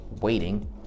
waiting